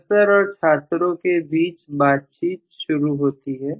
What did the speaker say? professor और छात्रों के बीच बातचीत शुरू होती है